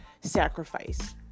sacrifice